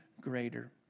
greater